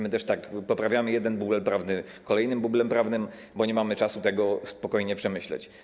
My też tak poprawiamy jeden bubel prawny kolejnym bublem prawnym, bo nie mamy czasu tego spokojnie przemyśleć.